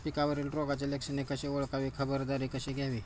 पिकावरील रोगाची लक्षणे कशी ओळखावी, खबरदारी कशी घ्यावी?